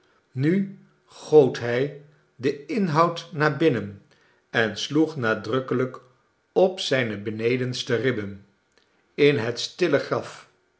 nu goot hij den inhond naar binnen en sloeg nadrukkelijk op zijne benedenste ribben in het stille graf